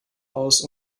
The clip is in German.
aus